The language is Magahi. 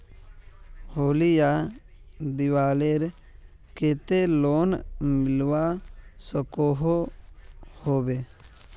होली या दिवालीर केते लोन मिलवा सकोहो होबे?